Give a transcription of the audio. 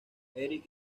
eric